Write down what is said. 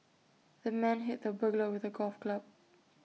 the man hit the burglar with A golf club